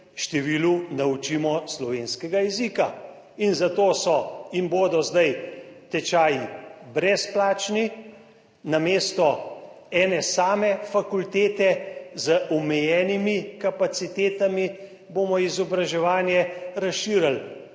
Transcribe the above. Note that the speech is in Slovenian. številu naučimo slovenskega jezika. In zato so in bodo zdaj tečaji brezplačni. Namesto ene same fakultete z omejenimi kapacitetami bomo izobraževanje razširili